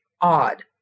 odd